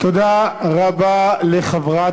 תודה רבה לחברת